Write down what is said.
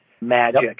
magic